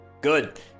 Good